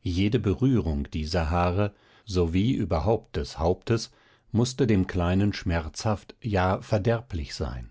jede berührung dieser haare sowie überhaupt des hauptes mußte dem kleinen schmerzhaft ja verderblich sein